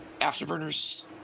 Afterburner's